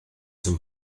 him